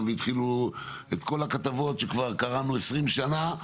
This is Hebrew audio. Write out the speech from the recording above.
והתחילו את כל הכתבות שכבר קראנו 20 שנה,